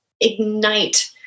ignite